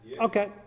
Okay